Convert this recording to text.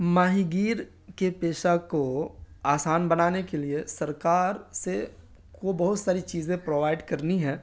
ماہی گیر کے پیسہ کو آسان بنانے کے لیے سرکار سے کو بہت ساری چیزیں پرووائڈ کرنی ہے